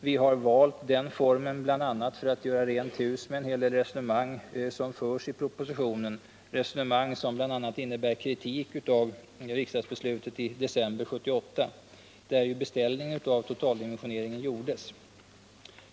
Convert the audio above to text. Vi har valt den formen bl.a. för att göra rent hus med en hel del resonemang som förs i propositionen — resonemang som bl.a. innebär kritik av riksdagsbeslutet i december 1978, där ju beställningen av totaldimensioneringen gjordes.